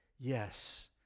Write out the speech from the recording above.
Yes